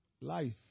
Life